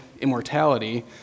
immortality